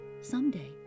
someday